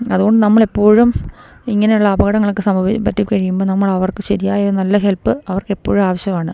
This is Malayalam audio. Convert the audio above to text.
അതുകൊണ്ട് നമ്മളെപ്പോഴും ഇങ്ങനെയുള്ള അപകടങ്ങളൊക്കെ പറ്റി കഴിയുമ്പോള് നമ്മളവർക്ക് ശരിയായ നല്ല ഹെൽപ്പ് അവർക്കെപ്പോഴും ആവശ്യമാണ്